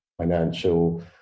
financial